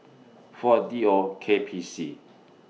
four D O K P C